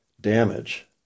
damage